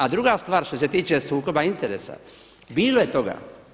A druga stvar što se tiče sukoba interesa, bilo je toga.